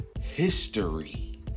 history